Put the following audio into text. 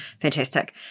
fantastic